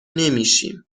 نمیشیم